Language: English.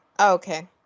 okay